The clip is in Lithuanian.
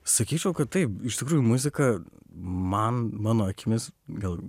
sakyčiau kad taip iš tikrųjų muzika man mano akimis gal